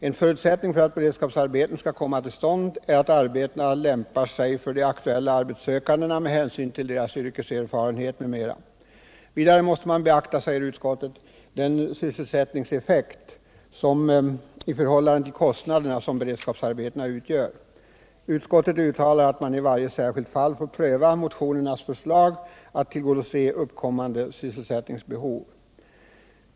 En förutsättning för att beredskapsarbeten skall komma till stånd är att arbetena lämpar sig för de aktuella arbetssökandena med hänsyn till deras yrkeserfarenhet m.m. Vidare måste man beakta, säger utskottet, den sysselsättningseffekt i förhållande till kostnaderna som beredskapsarbetena har. Utskottet uttalar att man i varje särskilt fall får pröva motionernas förslag att tillgodose uppkommande sysselsättningsbehov.